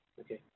Okay